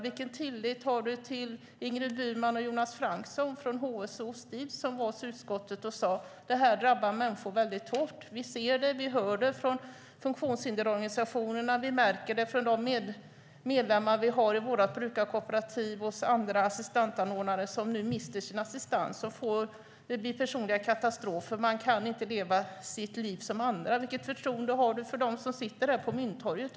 Vilken tillit har du till Ingrid Burman och Jonas Franksson från HSO som var hos utskottet och sade att detta drabbar människor mycket hårt? De ser det och hör det från funktionshindersorganisationerna, och de märker det från de medlemmar som de har i sitt brukarkooperativ och hos andra assistansanordnare som nu mister sin assistans. Det blir personliga katastrofer. Man kan inte leva sitt liv som andra. Vilket förtroende har du för dem som sitter här på Mynttorget?